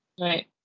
Right